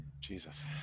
Jesus